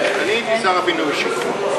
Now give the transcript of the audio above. אין קבלניות, יש רק קבלנים.